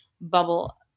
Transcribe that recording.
bubble